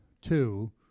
two